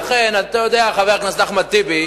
לכן אתה יודע, חבר הכנסת טיבי,